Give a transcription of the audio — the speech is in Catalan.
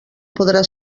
podrà